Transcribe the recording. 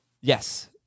Yes